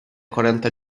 quaranta